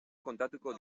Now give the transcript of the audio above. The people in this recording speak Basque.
kontatuko